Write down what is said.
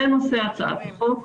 זה נושא הצעת החוק.